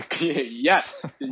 yes